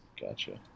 Gotcha